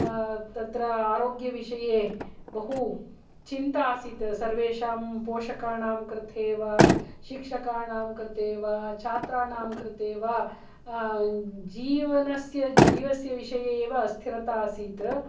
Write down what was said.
तत्र आरोग्यविषये बहुचिन्ता आसीत् सर्वेषां पोषकाणां कृते वा शिक्षकाणां कृते वा छात्राणां कृते वा जीवनस्य जीवस्य विषये एव अस्थिरता आसित